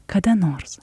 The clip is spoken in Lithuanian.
kada nors